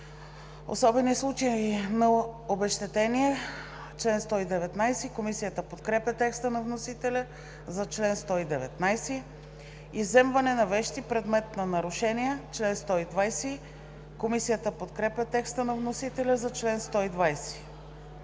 „Особени случаи на обезщетение – чл. 119“. Комисията подкрепя текста на вносителя за чл. 119. „Изземване на вещи – предмет на нарушение – чл. 120“. Комисията подкрепя текста на вносителя за чл. 120.